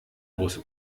große